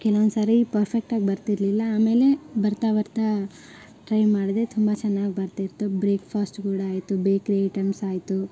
ಕೆಲವೊಂದ್ಸಾರಿ ಪರ್ಫೆಕ್ಟಾಗಿ ಬರ್ತಿರಲಿಲ್ಲ ಆಮೇಲೆ ಬರ್ತಾ ಬರ್ತಾ ಟ್ರೈ ಮಾಡಿದೆ ತುಂಬ ಚೆನ್ನಾಗ್ ಬರ್ತಿತ್ತು ಬ್ರೇಕ್ಪಾಸ್ಟ್ ಕೂಡ ಆಯಿತು ಬೇಕ್ರಿ ಐಟಮ್ಸ್ ಆಯಿತು